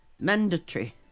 Mandatory